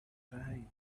time